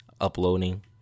uploading